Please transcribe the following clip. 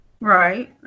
Right